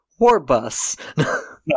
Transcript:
Warbus